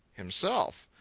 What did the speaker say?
himself.